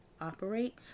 operate